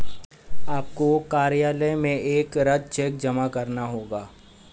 आपको कार्यालय में एक रद्द चेक जमा करना होगा